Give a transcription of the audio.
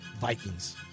Vikings